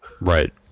Right